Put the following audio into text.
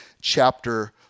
chapter